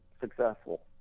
successful